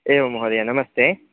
एवं महोदय नमस्ते